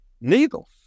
needles